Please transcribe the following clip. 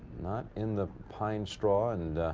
not in the pine straw and